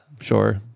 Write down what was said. Sure